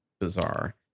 bizarre